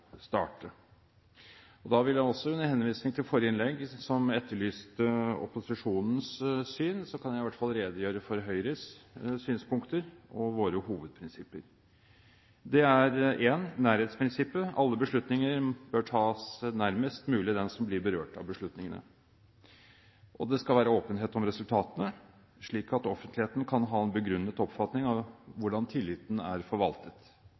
starte. Da kan jeg, også under henvisning til forrige innlegg, som etterlyste opposisjonens syn, i hvert fall redegjøre for Høyres synspunkter og våre hovedprinsipper. Nærhetsprinsippet: Alle beslutninger bør tas nærmest mulig dem som blir berørt av beslutningene. Det skal være åpenhet om resultatene, slik at offentligheten kan ha en begrunnet oppfatning av hvordan tilliten er forvaltet.